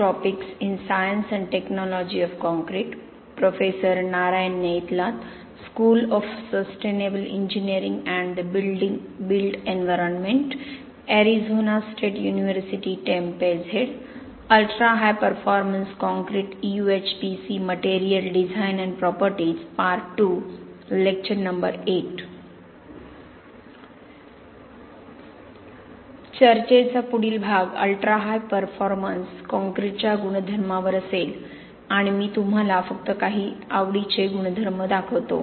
चर्चेचा पुढील भाग अल्ट्रा हाय परफॉर्मन्स कॉंक्रिटच्या गुणधर्मांवर असेल आणि मी तुम्हाला फक्त काही आवडीचे गुणधर्म दाखवतो